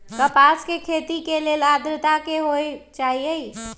कपास के खेती के लेल अद्रता की होए के चहिऐई?